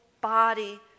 body